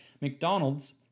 McDonald's